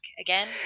again